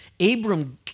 Abram